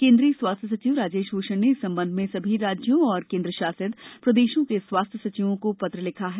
केंद्रीय स्वास्थ्य सचिव राजेश भूषण ने इस संबंध में सभी राज्यों और केंद्र शासित प्रदेशों के स्वास्थ्य सचिवों को पत्र लिखा है